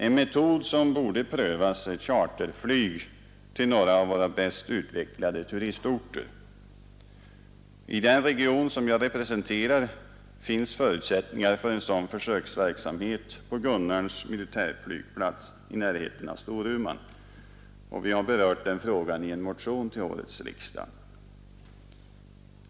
En metod som borde prövas är charterflyg till några av våra bäst utvecklade turistorter. I den region som jag representerar finns förutsättningar för en sådan försöksverksamhet på Gunnarns militärflygplats i närheten av Storuman. Vi har berört den frågan i en motion till årets riksdag.